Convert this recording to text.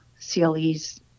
CLEs